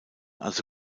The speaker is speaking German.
also